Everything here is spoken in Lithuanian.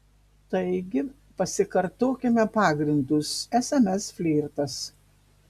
taigi pasikartokime pagrindus sms flirtas